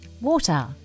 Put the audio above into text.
water